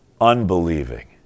unbelieving